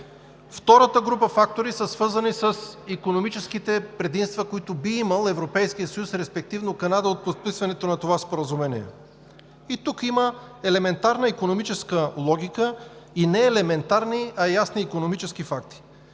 Втората група фактори са свързани с икономическите предимства, които би имал Европейският съюз, респективно Канада, от подписването на това споразумение. Тук има елементарна икономическа логика и не елементарни, а ясни икономически факти.